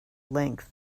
length